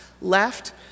left